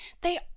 They